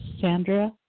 sandra